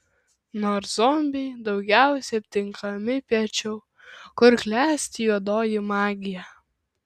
nors zombiai daugiausiai aptinkami piečiau kur klesti juodoji magija